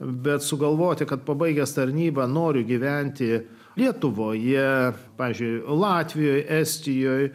bet sugalvoti kad pabaigęs tarnybą nori gyventi lietuvoje pavyzdžiui latvijoje estijoje